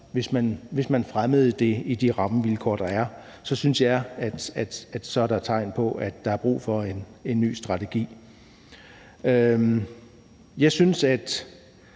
hvis man fremmede det under de rammevilkår, der er, synes jeg, at det er et tegn på, at der er brug for en ny strategi. Midt